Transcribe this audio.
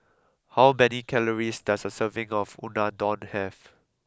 how many calories does a serving of Unadon have